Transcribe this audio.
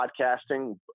podcasting